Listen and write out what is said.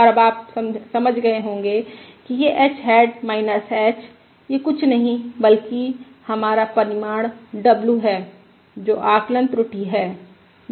और अब आप समझ गये होंगे कि यह h हैट h यह कुछ नहीं बल्कि हमारा परिमाण w है जो आकलन त्रुटि है